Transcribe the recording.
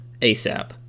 ASAP